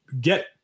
get